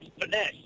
finesse